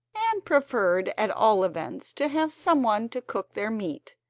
and preferred at all events to have some one to cook their meat,